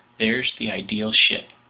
there's the ideal ship!